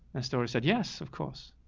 i started said, yes, of course.